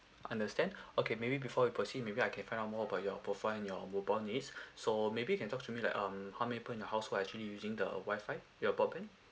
understand okay maybe before I proceed maybe I can find out more about your profile and your mobile needs so maybe can talk to me like um how many point in your household are actually using the WI-FI your broadband